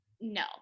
no